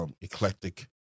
eclectic